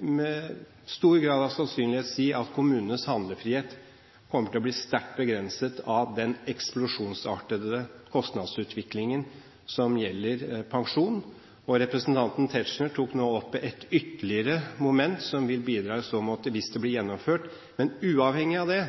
med stor grad av sikkerhet si at kommunenes handlefrihet kommer til å bli sterkt begrenset av den eksplosjonsartede kostnadsutviklingen som vil finne sted når det gjelder pensjoner. Representanten Tetzschner tok nå opp et moment som vil bidra ytterligere i så måte, hvis det blir gjennomført. Men uavhengig